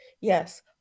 yes